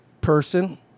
person